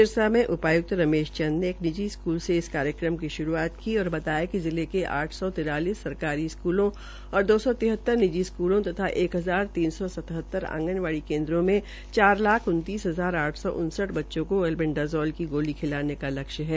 सिरसा में उपायुक्त रमेश चंद ने एक निजी स्कूल से इस कार्यक्रम की शुरूआत की और बताया कि जिले में आठ सौ तिरालिस सरकारी स्कूलों दो सौ तिहतर निजी स्कूलों तथा एक हजार तीन सौ सतहतर आंगनवाड़ी केन्द्रों में चार लाख उनतीस हजार आठ सौ उनसठ बच्चों को अलबडाज़ोल की गोली खिलाने का लक्ष्य रखा है